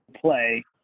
play